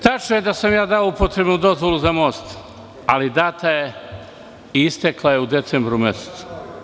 Tačno je da sam ja dao upotrebnu dozvolu za most, ali data je i istekla je u decembru mesecu.